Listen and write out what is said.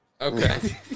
Okay